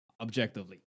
objectively